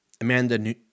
amanda